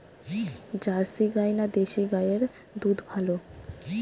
Jersey গাই না দেশী গাইয়ের দুধ ভালো?